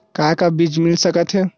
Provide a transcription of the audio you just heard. का का बीज मिल सकत हे?